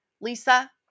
Lisa